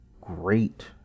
great